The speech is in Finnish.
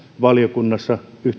valiokunnassa